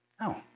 No